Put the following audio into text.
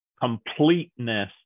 completeness